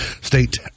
State